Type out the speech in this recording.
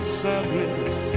sadness